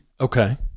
Okay